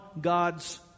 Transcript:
God's